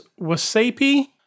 Wasapi